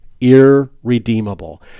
irredeemable